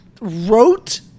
wrote